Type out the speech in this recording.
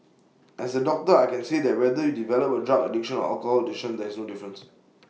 as A doctor I can say that whether you develop A drug addiction or alcohol addiction there is no difference